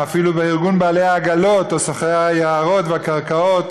אפילו בארגון בעלי העגלות או סוחרי היערות והקרקעות,